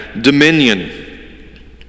dominion